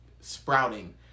sprouting